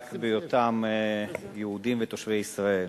רק בהיותם יהודים ותושבי ישראל.